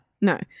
No